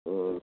ꯑ